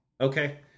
Okay